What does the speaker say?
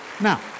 Now